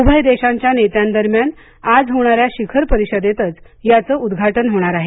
उभय देशांच्या नेत्यांदरम्यान आज होणाऱ्या शिखर परिषदेतच याचं उद्घाटन होणार आहे